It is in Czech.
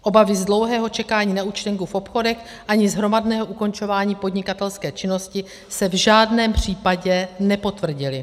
Obavy z dlouhého čekání na účtenku v obchodech ani z hromadného ukončování podnikatelské činnosti se v žádném případě nepotvrdily.